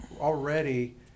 already